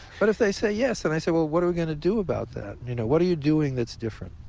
but if they say, yes, then i say, well, what are we going to do about that? you know, what are you doing that's different?